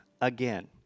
again